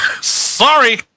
sorry